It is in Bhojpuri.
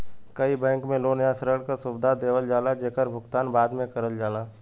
कई बैंक में लोन या ऋण क सुविधा देवल जाला जेकर भुगतान बाद में करल जाला